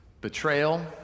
Betrayal